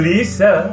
Lisa